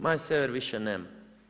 Maje Sever više nema.